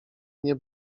nie